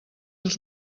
els